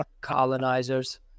Colonizers